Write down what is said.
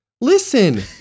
Listen